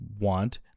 want